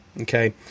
okay